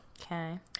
okay